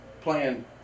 playing